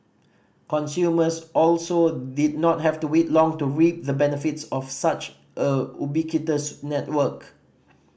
consumers also did not have to wait long to reap the benefits of such a ubiquitous network